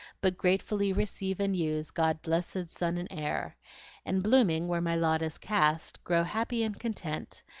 but gratefully receive and use god's blessed sun and air and, blooming where my lot is cast, grow happy and content,